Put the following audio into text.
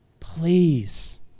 please